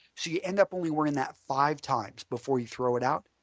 so you end up only wearing that five times before you throw it out.